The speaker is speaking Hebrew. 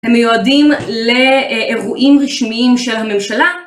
הם מיועדים לאירועים רשמיים של הממשלה.